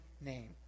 name